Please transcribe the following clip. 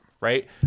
right